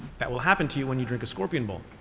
that will happen to you when you drink a scorpion bowl.